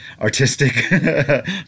artistic